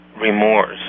remorse